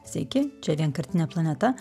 sveiki čia vienkartinė planeta